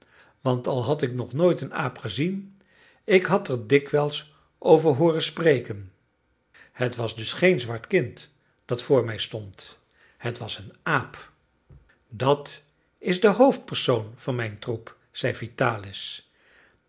want al had ik nog nooit een aap gezien ik had er dikwijls over hooren spreken het was dus geen zwart kind dat voor mij stond het was een aap dat is de hoofdpersoon van mijn troep zeide vitalis